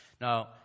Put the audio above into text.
Now